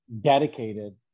dedicated